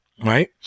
right